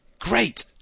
Great